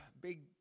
big